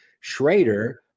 Schrader